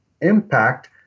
impact